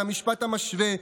את המשפט המשווה,